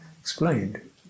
explained